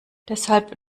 deshalb